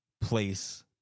place